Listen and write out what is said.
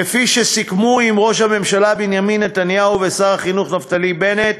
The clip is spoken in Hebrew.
כפי שסיכמו עם ראש הממשלה בנימין נתניהו ושר החינוך נפתלי בנט,